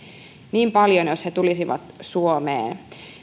niin paljon jos he tulisivat suomeen